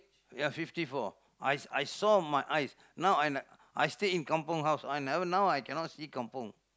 you are fifty four I I saw my eyes now and I still in kampung house now I cannot see kampung